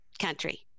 Country